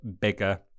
bigger